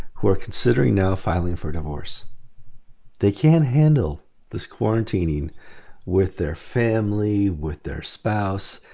who are considering now filing for divorce they can't handle this quarantine with their family with their spouse.